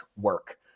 work